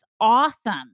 awesome